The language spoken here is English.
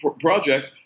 project